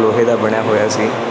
ਲੋਹੇ ਦਾ ਬਣਿਆ ਹੋਇਆ ਸੀ